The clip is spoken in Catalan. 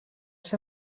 els